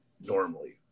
Normally